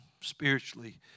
spiritually